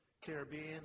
Caribbean